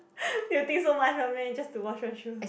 you think so much meh just to wash one shoe